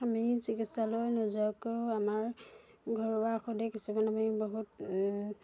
আমি চিকিৎসালয় নোযোৱাকৈও আমাৰ ঘৰুৱা ঔষধে কিছুমান আমি বহুত